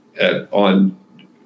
on